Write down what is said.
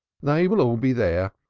they will all be there,